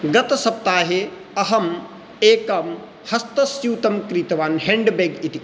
गतसप्ताहे अहम् एकं हस्तस्यूतं क्रीतवान् हेण्ड् बेग् इति